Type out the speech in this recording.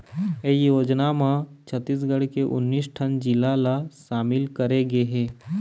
ए योजना म छत्तीसगढ़ के उन्नीस ठन जिला ल सामिल करे गे हे